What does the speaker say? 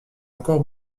encore